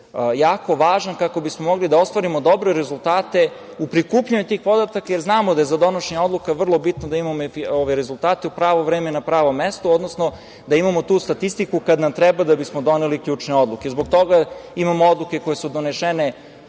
jako važan kako bismo mogli da ostvarimo dobre rezultate u prikupljanju tih podataka, jer znamo da je za donošenje odluka vrlo bitno da imamo rezultate u pravo vreme i na pravom mestu, odnosno da imamo tu statistiku kad nam treba, da bismo doneli ključne odluke. Zbog toga i imamo odluke koje su donesene